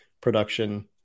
production